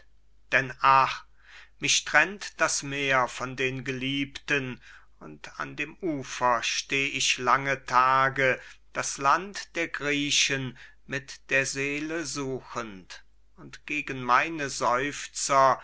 denn ach mich trennt das meer von den geliebten und an dem ufer steh ich lange tage das land der griechen mit der seele suchend und gegen meine